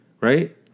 right